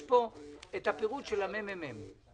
יש פה פירוט של מרכז המחקר והמידע